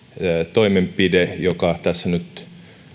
toimenpide joka tässä nyt